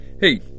Hey